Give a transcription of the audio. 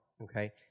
Okay